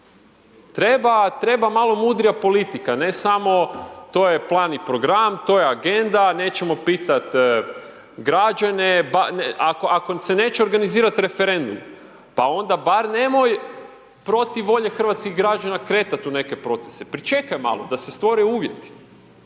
treba malo mudrija politika ne samo to je plan i program, to je agenda, nećemo pitat građane, ako, ako se neće organizirat referendum pa onda bar nemoj protiv volje hrvatskih građana kretat u neke procese, pričekaj malo da se stvore uvjeti.